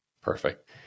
Perfect